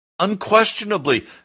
Unquestionably